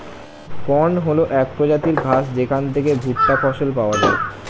corn হল এক প্রজাতির ঘাস যেখান থেকে ভুট্টা ফসল পাওয়া যায়